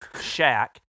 shack